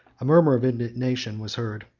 a murmur of indignation was heard,